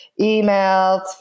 emails